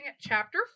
chapter